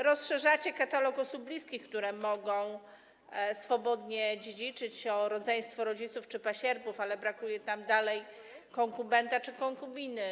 Rozszerzacie katalog osób bliskich, które mogą swobodnie dziedziczyć, o rodzeństwo, rodziców czy pasierbów, ale brakuje tam dalej konkubenta czy konkubiny.